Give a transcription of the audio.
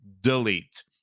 Delete